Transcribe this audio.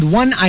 one